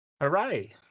Hooray